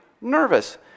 nervous